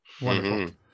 wonderful